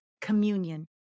communion